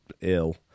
ill